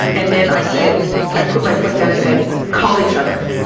and then i said i put my foot down and said, call each other.